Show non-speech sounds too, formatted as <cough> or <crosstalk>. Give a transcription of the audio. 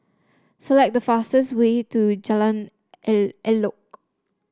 select the fastest way to Jalan <unintelligible> Elok